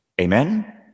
Amen